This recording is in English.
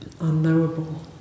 unknowable